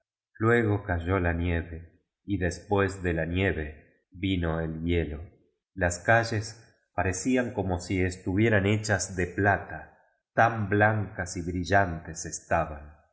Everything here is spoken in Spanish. luego cayó la nieve y después de la nievo vino el hielo las calles parecían como si estuvieran he chas de plata tan blancas y brillantes estaban